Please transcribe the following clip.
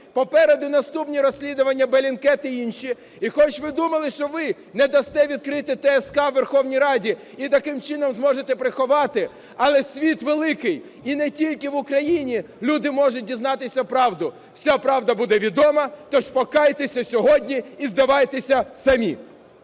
Попереду наступні розслідування Bellingcat й інші. І хоч ви думали, що ви не дасте відкрити ТСК Верховній Раді і таким чином зможете приховати, але світ великий, і не тільки в Україні люди можуть дізнатися правду. Вся правда буде відома. Тож покайтеся сьогодні і здавайтеся самі.